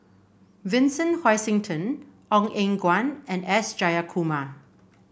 Vincent Hoisington Ong Eng Guan and S Jayakumar